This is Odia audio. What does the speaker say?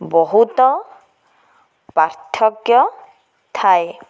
ବହୁତ ପାର୍ଥକ୍ୟ ଥାଏ